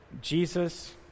Jesus